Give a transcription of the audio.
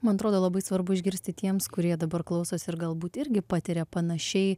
man atrodo labai svarbu išgirsti tiems kurie dabar klausosi ir galbūt irgi patiria panašiai